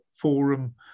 forum